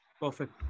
Perfect